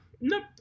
Nope